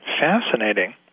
Fascinating